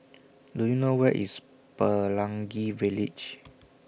Do YOU know Where IS Pelangi Village